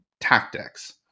tactics